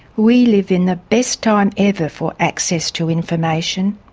we live in the best time ever for access to information.